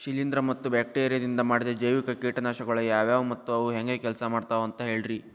ಶಿಲೇಂಧ್ರ ಮತ್ತ ಬ್ಯಾಕ್ಟೇರಿಯದಿಂದ ಮಾಡಿದ ಜೈವಿಕ ಕೇಟನಾಶಕಗೊಳ ಯಾವ್ಯಾವು ಮತ್ತ ಅವು ಹೆಂಗ್ ಕೆಲ್ಸ ಮಾಡ್ತಾವ ಅಂತ ಹೇಳ್ರಿ?